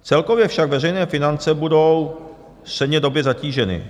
Celkově však veřejné finance budou střednědobě zatíženy.